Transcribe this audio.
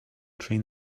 train